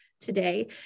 today